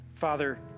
Father